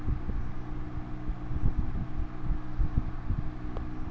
খারিফ ফসল বলতে কী বোঝায়?